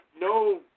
no